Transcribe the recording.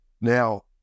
Now